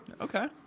Okay